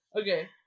okay